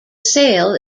sale